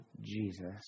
Jesus